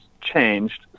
changed